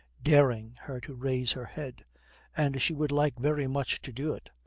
daring her to raise her head and she would like very much to do it,